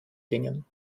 dingen